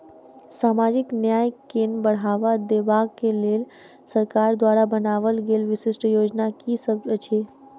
सामाजिक न्याय केँ बढ़ाबा देबा केँ लेल सरकार द्वारा बनावल गेल विशिष्ट योजना की सब अछि?